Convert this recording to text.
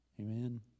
Amen